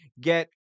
get